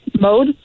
mode